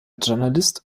journalist